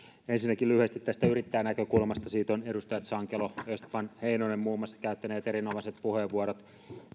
ensinnäkin tästä yrittäjänäkökulmasta ovat muun muassa edustajat sankelo östman ja heinonen käyttäneet erinomaiset puheenvuorot